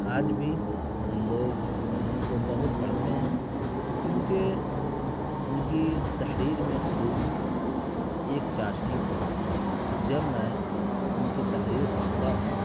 آج بھی ہم لوگ ان کو بہت پڑھتے ہیں کیوں کہ ان کی تحریر میں خلوص تھا ایک چاشنی تھی جب میں ان کی تحریر پڑھتا ہوں